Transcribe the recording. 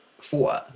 four